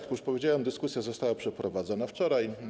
Jak już powiedziałem, dyskusja została przeprowadzona wczoraj.